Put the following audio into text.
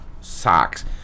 socks